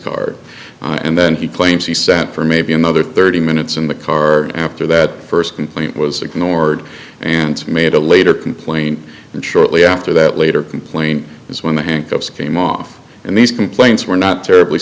car and then he claims he sent for maybe another thirty minutes in the car after that first complaint was ignored and made a later complaint and shortly after that later complain is when the handcuffs came off and these complaints were not terribly